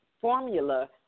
formula